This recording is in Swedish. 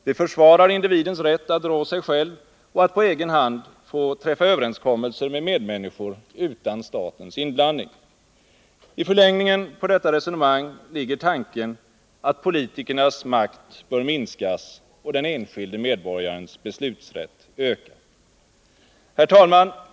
Vi försvarar individens rätt att rå sig själv och att på egen hand få träffa överenskommelser med medmänniskor utan statens inblandning. I förlängningen på detta resonemang ligger tanken att politikernas makt bör minskas och den enskilde medborgarens beslutsrätt öka. Herr talman!